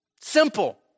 Simple